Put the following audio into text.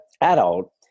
adult